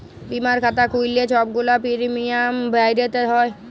বীমার খাতা খ্যুইল্লে ছব গুলা পিরমিয়াম ভ্যইরতে হ্যয়